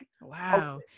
wow